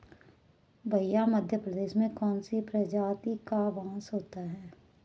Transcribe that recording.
भैया मध्य प्रदेश में कौन सी प्रजाति का बांस होता है?